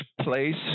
place